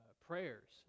prayers